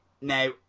Now